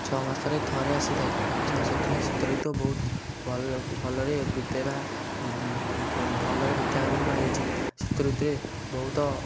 ଛ ମାସରେ ଥରେ ଆସିଥାଏ ଛ ସେଥିପାଇଁ ଶୀତ ଋତୁ ବହୁତ ଭଲ ଭଲରେ ବିତାଇବା ଭଲରେ ବିତାଇବାକୁ କୁହାଯାଇଛି ଶୀତ ଋତୁରେ ବହୁତ